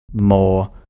more